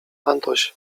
antoś